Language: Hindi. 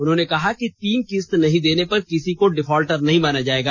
उन्होंने कहा कि तीन किस्त नहीं देने पर किसी को डिफॉल्टर नहीं माना जायेगा